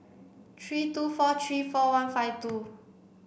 three two four three four one five two